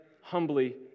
humbly